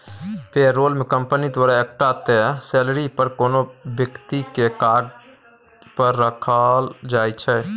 पे role मे company द्वारा एकटा तय सेलरी पर कोनो बेकती केँ काज पर राखल जाइ छै